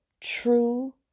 true